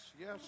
Yes